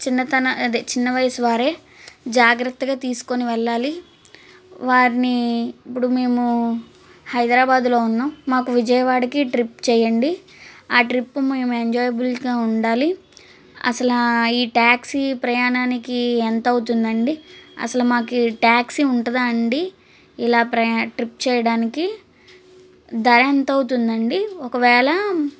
చిన్నతన అదే చిన్న వయసు వారే జాగ్రత్తగా తీసుకొని వెళ్ళాలి వారిని ఇప్పుడు మేము హైదరాబాదులో ఉన్నాం మాకు విజయవాడకి ట్రిప్ చేయండి ఆ ట్రిప్ మేము ఎంజాయిబుల్గా ఉండాలి అసలు ఈ ట్యాక్సీ ప్రయాణానికి ఎంత అవుతుందండి అసలు మాకు ట్యాక్సీ ఉంటుందా అండి ఇలా ప్రయా ట్రిప్ చేయడానికి ధర ఎంత అవుతుంది అండి ఒకవేళ